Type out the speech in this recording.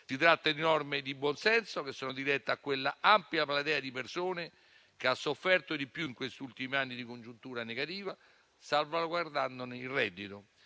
Si tratta di norme di buon senso, che sono dirette a quella ampia platea di persone che ha sofferto di più negli ultimi anni di congiuntura negativa, salvaguardandone il reddito.